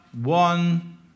one